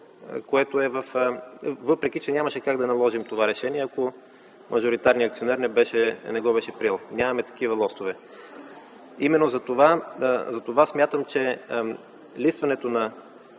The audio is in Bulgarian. е така, въпреки че нямаше как да наложим това решение, ако мажоритарният акционер не го беше приел. Нямаме такива лостове. Затова смятам, че листването на